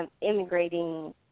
immigrating